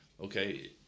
okay